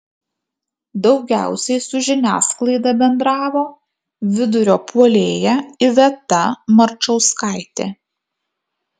daugiausiai su žiniasklaida bendravo vidurio puolėja iveta marčauskaitė